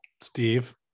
steve